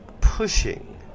pushing